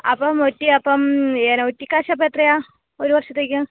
അപ്പം ഒറ്റി അപ്പം ഏന ഒറ്റി കാശ് അപ്പം എത്രയാണ് ഒരു വർഷത്തേക്ക്